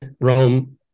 Rome